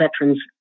veterans